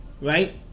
Right